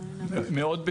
הרשויות מאוד מודעות.